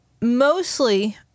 mostly